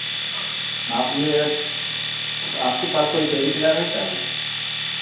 आप यह आपके पास कोई पेन किलर है क्या